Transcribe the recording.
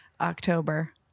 October